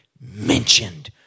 mentioned